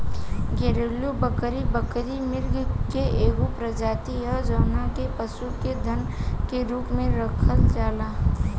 घरेलु बकरी, बकरी मृग के एगो प्रजाति ह जवना के पशु के धन के रूप में राखल जाला